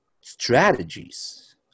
strategies